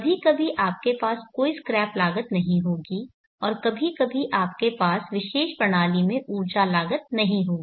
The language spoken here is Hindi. कभी कभी आपके पास कोई स्क्रैप लागत नहीं होगी और कभी कभी आपके पास विशेष प्रणाली में ऊर्जा लागत नहीं होगी